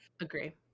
Agree